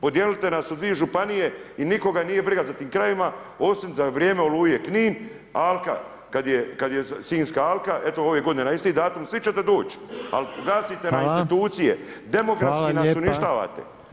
Podijelite nas u dvije županije i nikoga nije briga za tim krajevima osim za vrijeme Oluje Knin, Alka kad je Sinjska alka, eto ove godine na isti datum, svi ćete doći, ali gasite nam institucije, demografski nas uništavate.